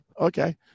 Okay